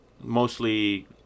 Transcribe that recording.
mostly